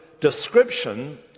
description